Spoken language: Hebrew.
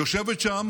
יושבת שם